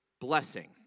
blessing